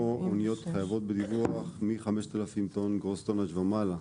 אניות חייבות בדיווח מ-5,000 ומעלה,